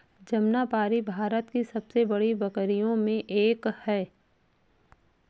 जमनापारी भारत की सबसे बड़ी बकरियों में से एक है